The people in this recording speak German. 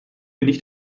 nicht